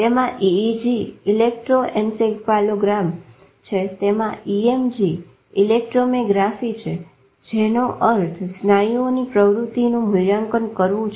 તેમાં EEG electroencephalogram છે તેમાં EMG ઇલેક્ટ્રોમેગ્રાફી છે જેનો અર્થ સ્નાયુઓની પ્રવૃતિનું મુલ્યાંકન કરવાનું છે